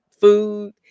food